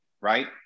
right